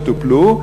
וטופלה,